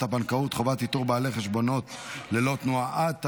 הבנקאות (חובת איתור בעלי חשבונות ללא תנועה),